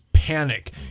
panic